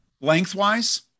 lengthwise